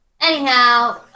Anyhow